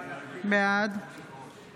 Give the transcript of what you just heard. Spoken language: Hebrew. בעד